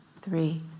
three